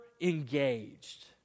engaged